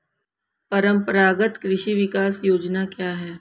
परंपरागत कृषि विकास योजना क्या है?